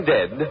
Dead